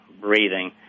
breathing